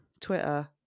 Twitter